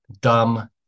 Dumb